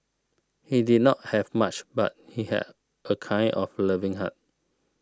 he did not have much but he had a kind of loving heart